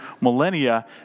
millennia